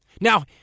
Now